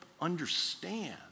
understand